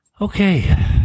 okay